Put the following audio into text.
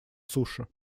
суше